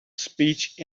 speech